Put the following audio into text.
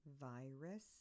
Virus